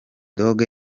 dogg